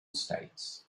states